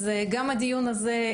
אז גם הדיון הזה,